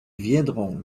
viendront